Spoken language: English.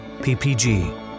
PPG